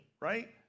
right